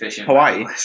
Hawaii